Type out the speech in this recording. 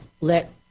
let